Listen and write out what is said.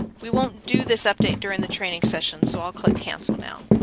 we won't do this update during the training session so i'll click cancel now.